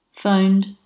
Found